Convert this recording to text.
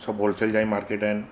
सभु होलसेल जा ई मार्किट आहिनि